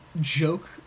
joke